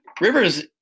Rivers